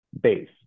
base